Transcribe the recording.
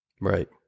Right